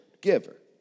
giver